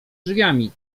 drzwiami